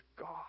God